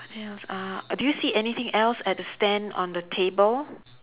else uh do you see anything else at the stand on the table